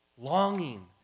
Longing